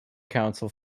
council